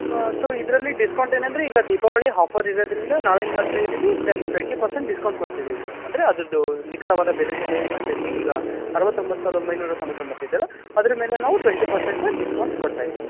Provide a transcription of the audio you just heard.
ಹಾಂ ಸೊ ಇದರಲ್ಲಿ ಡಿಸ್ಕೌಂಟ್ ಏನಂದರೆ ಈಗ ದೀಪಾವಳಿ ಹಾಫರ್ ಇರೋದ್ರಿಂದ ನಾವೇನು ಮಾಡ್ತ ಇದ್ದೀವಿ ದೆನ್ ಟ್ವೆಂಟಿ ಪರ್ಸೆಂಟ್ ಡಿಸ್ಕೌಂಟ್ ಕೊಡ್ತಿದ್ದೀವಿ ಅಂದರೆ ಅದ್ರದು ನಿಖರವಾದ ಬೆಲೆ ಮೇಲೆ ಏನು ಮಾಡ್ತ ಇದ್ದೀವಿ ಈಗ ಅರ್ವತ್ತೊಂಬತ್ತು ಸಾವಿರದ ಒಂಬೈನೂರ ತೊಂಬತ್ತೊಂಬತ್ತು ಇದೆ ಅಲಾ ಅದ್ರ ಮೇಲೆ ನಾವು ಟ್ವೆಂಟಿ ಪರ್ಸೆಂಟನ್ನ ಡಿಸ್ಕೌಂಟ್ ಕೊಡ್ತ ಇದ್ದೀವಿ